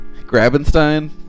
Grabenstein